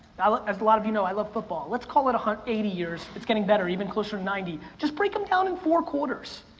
now as a lot of you know i love football, let's call it eighty years, it's getting better, even closer to ninety. just break them down in four quarters.